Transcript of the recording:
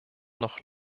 noch